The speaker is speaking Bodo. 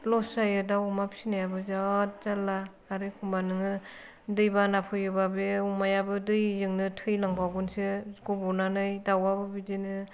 लस जायो दाउ अमा फिसिनायाबो बिरात जाल्ला आरो एखनबा नोङो दै बाना फैयोबा बे अमाया दैजोंनो थैलांबावगोनसो गबनानै दावाबो बिदिनो